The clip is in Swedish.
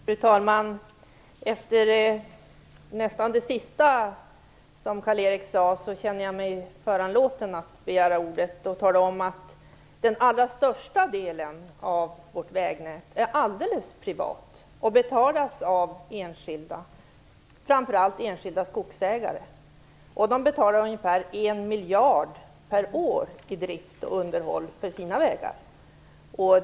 Fru talman! Efter det sista som Karl-Erik Persson sade känner jag mig föranlåten att begära ordet och tala om att den allra största delen av vårt vägnät är alldeles privat och betalas av enskilda, framför allt enskilda skogsägare. De betalar ungefär 1 miljard per år i drift och underhåll för sina vägar.